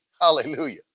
Hallelujah